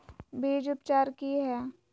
बीज उपचार कि हैय?